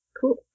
Cool